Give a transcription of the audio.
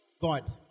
God